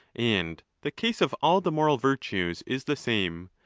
and the case of all the moral virtues is the same,